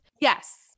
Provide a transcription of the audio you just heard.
yes